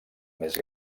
més